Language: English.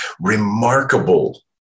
remarkable